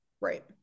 Right